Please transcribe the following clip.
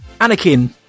Anakin